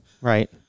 Right